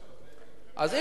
אז אם כולם עולים,